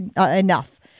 enough